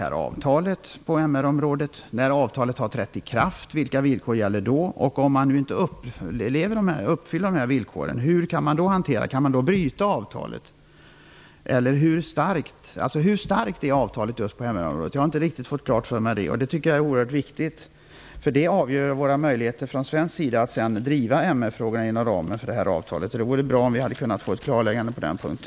Vilka villkor kommer att gälla när avtalet väl har trätt i kraft. Vad händer om villkoren inte uppfylls? Hur kan det då hanteras? Kan man då bryta avtalet? Hur starkt är avtalet på just MR-området? Jag har inte riktigt fått det klart för mig. Det tycker jag är oerhört viktigt. Det avgör våra möjligheter att från svensk sida driva MR-frågorna inom ramen för avtalet. Det vore bra om vi hade kunnat få ett klarläggande på den punkten.